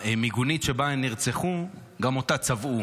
המיגונית שבה הן נרצחו, גם אותה צבעו,